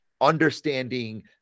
understanding